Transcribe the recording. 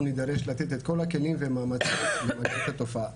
נידרש לתת את כל הכלים והמאמצים כדי למגר את התופעה.